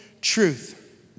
truth